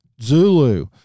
Zulu